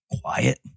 quiet